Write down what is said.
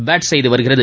bad செய்து வருகிறது